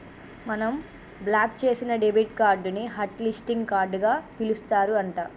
మనం బ్లాక్ చేసిన debit card ని హట్ లిస్టింగ్ కార్డుగా పిలుస్తారు అంట